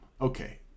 okay